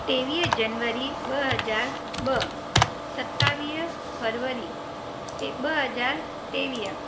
टेवीह जनवरी ॿ हज़ार ॿ सतावीह फरवरी ॿ हज़ार टेवीह